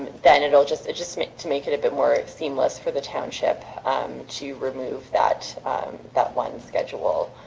then it'll just adjustment to make it a bit more seamless for the township um to remove that that one schedule